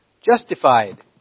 justified